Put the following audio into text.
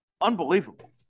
Unbelievable